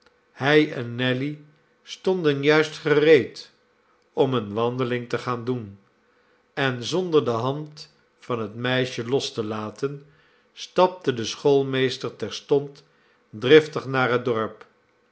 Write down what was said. hij en nelly stonden juist gereed om eene wandeling te gaan doen en zonder de hand van het meisje los te laten stapte de schoolmeester terstond driftig naar het dorp